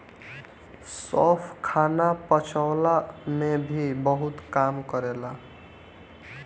सौंफ खाना पचवला में भी बहुते काम करेला